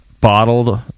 bottled